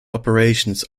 operations